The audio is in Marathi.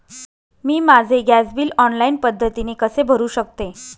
मी माझे गॅस बिल ऑनलाईन पद्धतीने कसे भरु शकते?